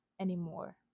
anymore